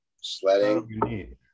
sledding